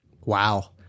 Wow